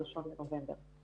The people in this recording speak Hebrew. ב-1 בנובמבר.